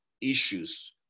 issues